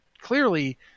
clearly